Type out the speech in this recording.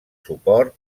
suport